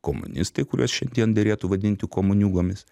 komunistai kuriuos šiandien derėtų vadinti komuniūgomis